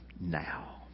now